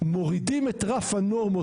מורידים את רף הנורמות.